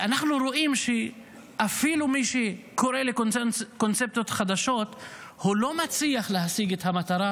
אנחנו רואים שאפילו מי שקורא לקונספציות חדשות לא מצליח להשיג את המטרה